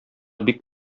бик